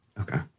Okay